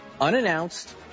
unannounced